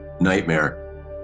nightmare